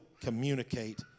communicate